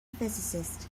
physicist